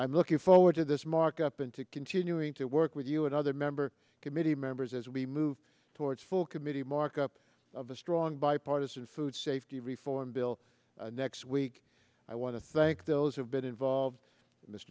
i'm looking forward to this markup and to continuing to work with you and other member committee members as we move towards full committee markup of the strong bipartisan food safety reform bill next week i want to thank those who have been involved in this